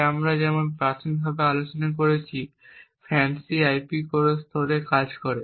তাই আমরা যেমন প্রাথমিকভাবে আলোচনা করেছি FANCI আইপি কোড স্তরে কাজ করে